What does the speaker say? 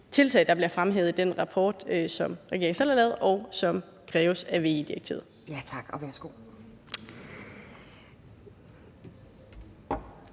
tiltag, der bliver fremhævet i den rapport, som regeringen selv har fået lavet, og som kræves af VE-direktivet.